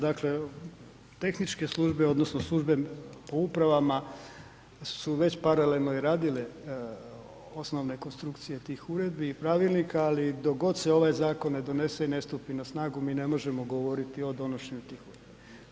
Dakle tehničke službe odnosno službe po upravama su već paralelno i radile osnovne konstrukcije tih uredbi i pravilnika, ali dok god se ovaj zakon ne donese i ne stupi na snagu mi ne možemo govoriti o donošenju tih uredbi.